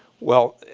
well,